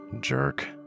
jerk